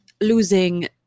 losing